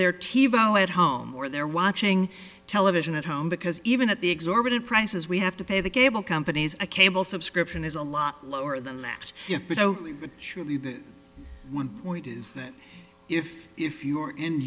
their tivo at home or they're watching television at home because even at the exorbitant prices we have to pay the cable companies a cable subscription is a lot lower than lacked surely the one point is that if if you